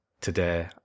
today